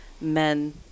men